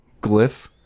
glyph